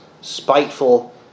spiteful